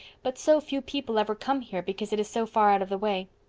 but so few people ever come here because it is so far out of the way.